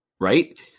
right